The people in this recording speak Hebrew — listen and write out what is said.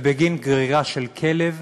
ובגין גרירה של כלב,